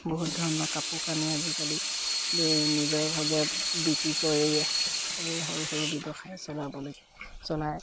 বহুত ধৰণৰ কাপোৰ কানি আজিকালি নিজৰভাগে বিক্ৰী কৰি এই সৰু সৰু ব্যৱসায় চলাবলৈ চলায়